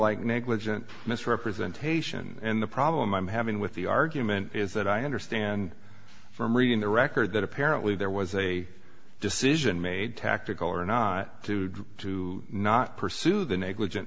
like negligent misrepresentation and the problem i'm having with the argument is that i understand from reading the record that apparently there was a decision made tactical or not to do to not pursue the negligent